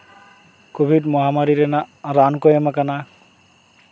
covid ᱢᱚᱦᱟᱨᱟᱱᱤ ᱨᱮᱱᱟᱜ ᱨᱟᱱ ᱠᱚ ᱮᱢ ᱠᱟᱱᱟ